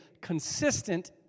consistent